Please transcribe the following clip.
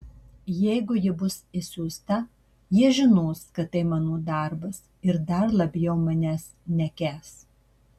jeigu ji bus išsiųsta jie žinos kad tai mano darbas ir dar labiau manęs nekęs